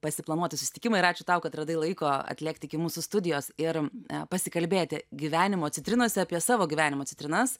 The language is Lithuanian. pasiplanuoti susitikimą ir ačiū tau kad radai laiko atlėkti iki mūsų studijos ir pasikalbėti gyvenimo citrinose apie savo gyvenimo citrinas